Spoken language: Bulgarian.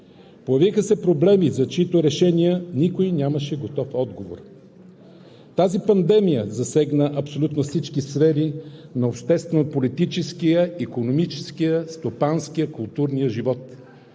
Появиха се проблеми, за чиито решения никой нямаше готов отговор. Тази пандемия засегна абсолютно всички сфери на обществено-политическия, икономическия, стопанския, културния живот,